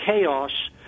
chaos